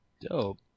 Dope